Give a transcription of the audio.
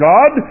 God